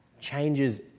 changes